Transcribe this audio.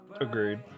Agreed